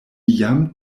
jam